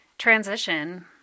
Transition